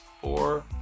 four